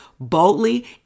Boldly